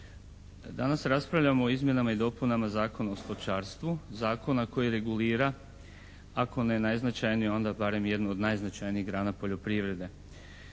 Danas raspravljamo o izmjenama i dopunama Zakona o stočarstvu, zakona koji regulira ako ne najznačajniju onda barem jednu od najznačajnijih grana poljoprivrede.